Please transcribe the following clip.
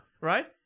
Right